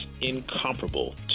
incomparable